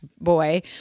Boy